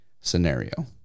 scenario